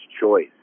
choice